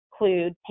include